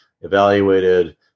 evaluated